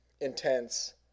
intense